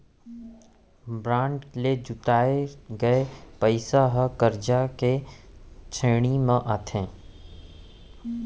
bond ले जुटाए गये पइसा ह करजा के श्रेणी म आथे